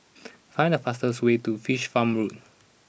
find the fastest way to Fish Farm Road